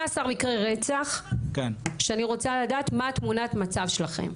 מקרי רצח, שאני רוצה לדעת מה תמונת המצב שלכם.